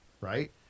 right